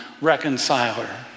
reconciler